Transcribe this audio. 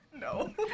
No